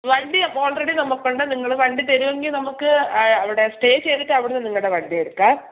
വണ്ടി അപ്പോൾ ആൾറെഡി നമുക്കുണ്ട് നിങ്ങൾ വണ്ടി തരുമെങ്കിൽ നമുക്ക് അവിടെ സ്റ്റേ ചെയ്തിട്ട് അവിടെനിന്ന് നിങ്ങളുടെ വണ്ടി എടുക്കാം